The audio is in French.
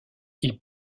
ils